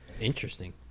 interesting